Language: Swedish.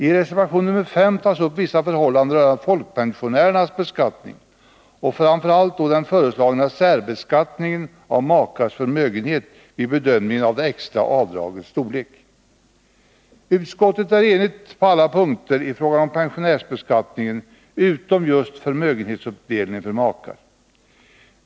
I reservation 5 tas upp vissa förhållanden rörande folkpensionärernas beskattning och framför allt den föreslagna särbeskattningen av makars förmögenhet vid bedömningen av det extra avdragets storlek. Utskottet är enigt på alla punkter i fråga om pensionärsbeskattningen utom just när det gäller förmögenhetsuppdelningen för makar.